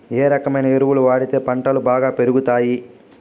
ఏ రకమైన ఎరువులు వాడితే పంటలు బాగా పెరుగుతాయి?